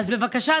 אז בבקשה,